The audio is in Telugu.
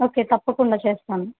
ఓకే తప్పకుండా చేస్తాను